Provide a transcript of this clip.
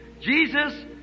Jesus